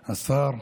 השר,